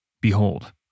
behold